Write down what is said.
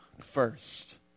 first